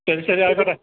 ശരി ശരി ആയിക്കോട്ടെ